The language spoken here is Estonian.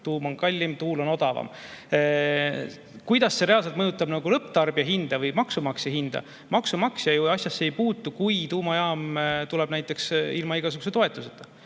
tuum on kallim, tuul on odavam. Kuidas see reaalselt mõjutab lõpptarbija hinda või maksumaksja hinda? Maksumaksja asjasse ei puutu, kui tuumajaam tuleb näiteks ilma igasuguse toetuseta.